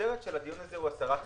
הכותרת של הדיון הזה היא הסרת חסמים.